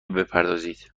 بپردازید